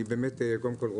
קודם כל,